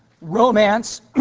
Romance